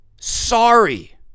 sorry